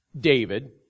David